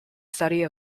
study